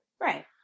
Right